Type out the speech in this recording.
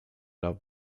love